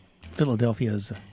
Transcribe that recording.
Philadelphia's